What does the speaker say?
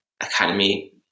academy